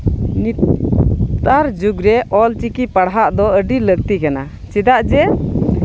ᱱᱮᱛᱟᱨ ᱡᱩᱜᱽ ᱨᱮ ᱚᱞ ᱪᱤᱠᱤ ᱯᱟᱲᱦᱟᱜ ᱫᱚ ᱟᱹᱰᱤ ᱞᱟᱹᱠᱛᱤ ᱠᱟᱱᱟ ᱪᱮᱫᱟᱜ ᱡᱮ